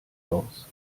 aus